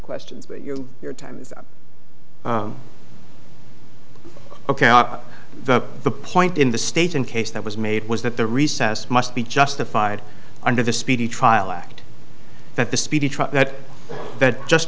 questions for you your time is up ok out the the point in the state in case that was made was that the recess must be justified under the speedy trial act that the speedy trial that just